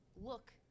look